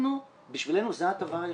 בשבילנו זה הדבר היחידי.